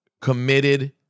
committed